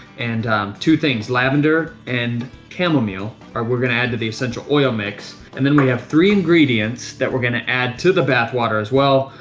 and two things lavender and chamomile we're going to add to the central oil mix. and then we have three ingredients that we're going to add to the bath water as well.